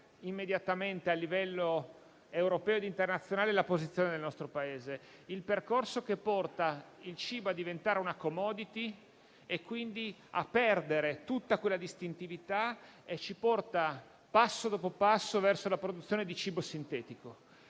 immediatamente, a livello europeo e internazionale, la posizione del nostro Paese. Il percorso che porta il cibo a diventare una *commodity* e quindi a perdere la distintività, ci porta, passo dopo passo, verso la produzione di cibo sintetico.